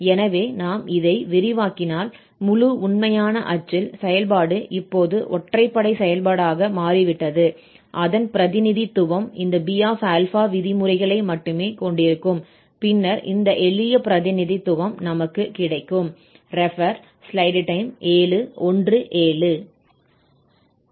எனவே நாம் இதை விரிவாக்கினால் முழு உண்மையான அச்சில் செயல்பாடு இப்போது ஒற்றைப்படை செயல்பாடாக மாறிவிட்டது அதன் பிரதிநிதித்துவம் இந்த B α விதிமுறைகளை மட்டுமே கொண்டிருக்கும் பின்னர் இந்த எளிய பிரதிநிதித்துவம் நமக்கு கிடைக்கும்